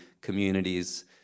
communities